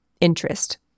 interest